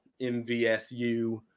MVSU